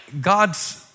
God's